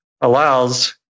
allows